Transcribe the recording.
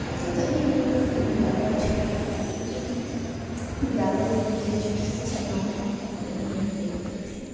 ऐसे सभी हीरो की फ़िल्म ज़्यादा अच्छी लगती है लेकिन ज़्यादा ही इन्टेरेस्ट से सलमान खान की फ़िल्म ही हम देखते थे